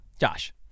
Josh